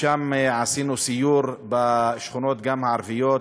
שם עשינו סיור בשכונות הערביות,